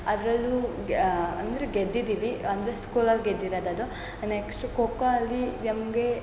ಅದರಲ್ಲೂ ಅಂದರೆ ಗೆದ್ದಿದ್ದೀವಿ ಅಂದರೆ ಸ್ಕೂಲಲ್ಲಿ ಗೆದ್ದಿರೋದು ಅದು ನೆಕ್ಷ್ಟ್ ಖೋಖೋ ಅಲ್ಲಿ ನಮ್ಗೆ